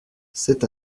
c’est